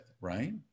right